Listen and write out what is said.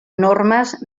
normes